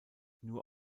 nur